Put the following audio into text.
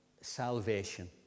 salvation